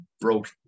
broke